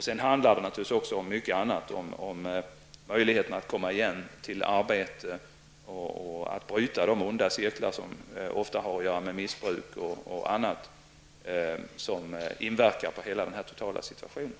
Det handlar naturligtvis också om mycket annat, t.ex. möjligheten att återgå i arbete, bryta de onda cirklar som ofta har att göra med missbruk och annat som inverkar på hela den totala situationen.